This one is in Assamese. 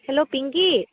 হেল্ল' পিংকি